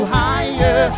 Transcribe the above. higher